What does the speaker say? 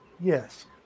Yes